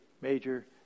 major